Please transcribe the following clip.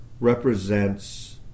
represents